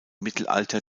mittelalter